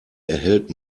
erhält